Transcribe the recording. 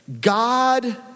God